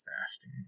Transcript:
fasting